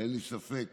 ואין לי ספק